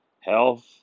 Health